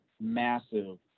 massive